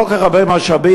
כל כך הרבה משאבים,